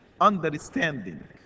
understanding